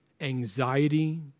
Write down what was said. anxiety